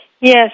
Yes